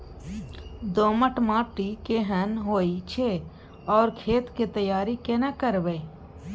दोमट माटी केहन होय छै आर खेत के तैयारी केना करबै?